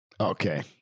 Okay